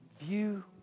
view